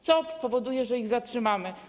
Co spowoduje, że ich zatrzymamy?